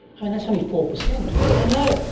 and that's only four percent. i know,